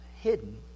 hidden